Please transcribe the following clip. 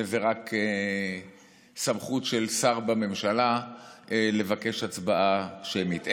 שזו רק סמכות של שר בממשלה לבקש הצבעה שמית.